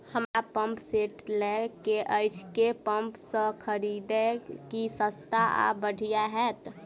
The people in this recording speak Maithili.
हमरा पंप सेट लय केँ अछि केँ ऐप सँ खरिदियै की सस्ता आ बढ़िया हेतइ?